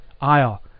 aisle